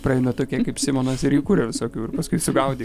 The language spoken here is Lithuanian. praeina tokie kaip simonas ir įkuria visokių ir paskui sugaudyk